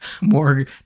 more